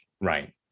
Right